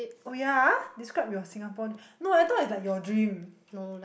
oh ya describe your Singapore no I thought it's like your dream